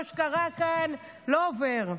מה שקרה כאן לא עובר,